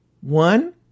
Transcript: One